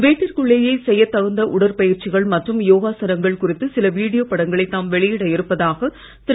வீட்டிற்குள்ளேயே செய்யத் தகுந்த உடற்பயிற்சிகள் மற்றும் யோகாசனங்கள் குறித்து சில வீடியோ படங்களை தாம் வெளியிட இருப்பதாக திரு